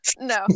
no